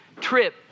trip